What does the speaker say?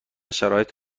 شرایط